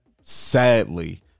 sadly